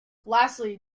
lastly